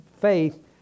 faith